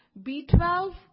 B12